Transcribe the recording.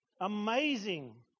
amazing